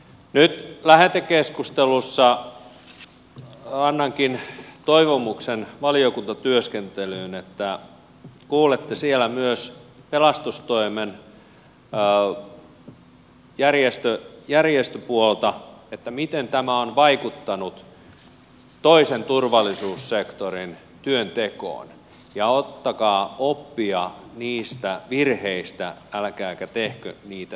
nyt lähetekeskustelussa annankin toivomuksen valiokuntatyöskentelyyn että kuulette siellä myös pelastustoimen järjestöpuolta miten tämä on vaikuttanut toisen turvallisuussektorin työntekoon ja ottakaa oppia niistä virheistä älkääkä tehkö niitä toistamiseen